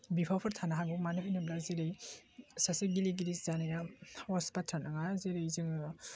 बिफावफोर थानो हागौ मानो होनोब्ला जेरै सासे गेलेगिरि जानाया सहस बाथ्रा नङा जेरै जोङो